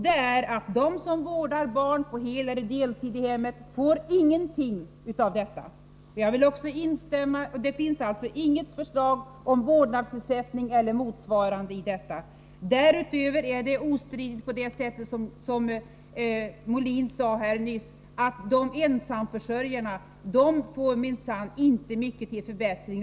De som vårdar barn på heleller deltid hemma får ingenting av detta. Det finns alltså inga förslag om vårdnadsersättning eller motsvarande i detta. Därutöver är det ostridigt på det sätt som Molin nyss nämnde, att ensamförsörjarna minsann inte får mycket till förbättring.